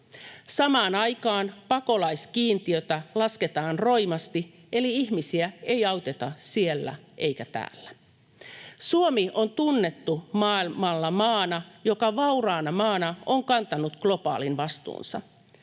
Samaan aikaan pakolaiskiintiötä lasketaan roimasti, eli ihmisiä ei auteta siellä eikä täällä. Suomi on tunnettu maailmalla maana, joka vauraana maana on kantanut globaalin vastuunsa.